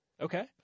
Okay